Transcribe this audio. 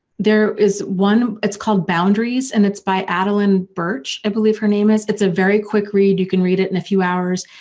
there is one it's called boundaries and it's by adelyne birch i believe her name is. it's a very quick read, you can read it in a few hours.